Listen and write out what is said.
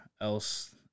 else